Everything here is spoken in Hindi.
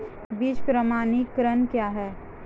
बीज प्रमाणीकरण क्या है?